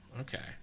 Okay